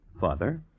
father